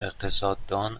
اقتصاددان